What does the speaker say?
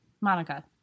Monica